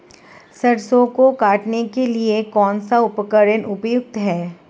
सरसों को काटने के लिये कौन सा उपकरण उपयुक्त है?